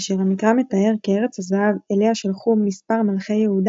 אשר המקרא מתאר כארץ הזהב אליה שלחו מספר מלכי יהודה